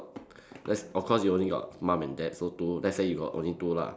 that's of course you got only mum and dad so two let's say you got only two lah